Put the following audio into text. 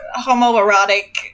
homoerotic